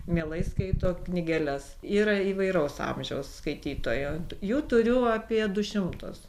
mielai skaito knygeles yra įvairaus amžiaus skaitytojo jų turiu apie du šimtus